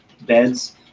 beds